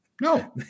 No